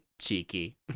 Cheeky